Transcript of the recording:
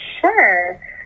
sure